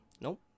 Nope